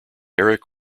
erik